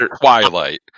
Twilight